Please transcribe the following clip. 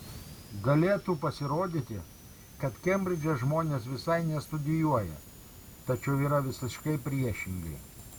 galėtų pasirodyti kad kembridže žmonės visai nestudijuoja tačiau yra visiškai priešingai